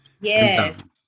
Yes